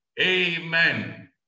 Amen